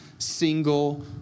single